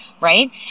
right